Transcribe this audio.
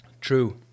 True